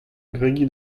gregiñ